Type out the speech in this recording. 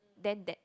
then that